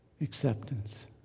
acceptance